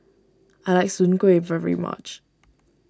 I like Soon Kway very much